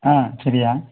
ஆ சரிய்யா